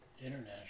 International